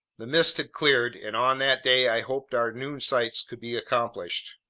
the mist had cleared, and on that day i hoped our noon sights could be accomplished.